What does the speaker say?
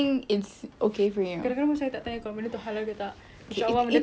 inshallah benda tu halal inshallah tu halal